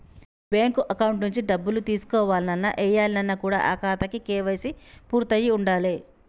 bank account నుంచి డబ్బులు తీసుకోవాలన్న, ఏయాలన్న కూడా ఆ ఖాతాకి కేవైసీ పూర్తయ్యి ఉండాలే